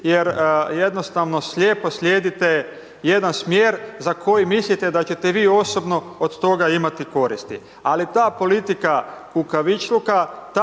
jer jednostavno slijepo slijedite jedan smjer za koji mislite da ćete vi osobno od toga imati koristi. Ali ta politika kukavičluka,